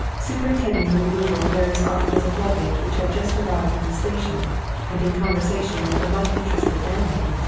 superintending the removal of various articles of luggage which had just arrived from the station and in conversation with a much interested landlady,